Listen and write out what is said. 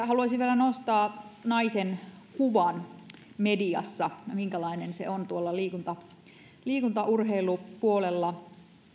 haluaisin vielä nostaa naisen kuvan mediassa sen minkälainen se on tuolla liikunta liikunta urheilupuolella